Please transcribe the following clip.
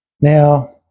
Now